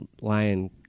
lion